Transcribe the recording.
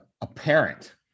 apparent